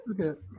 Okay